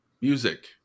music